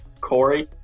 Corey